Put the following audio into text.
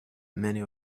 many